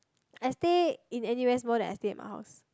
I stay in N_U_S more than I stay in my house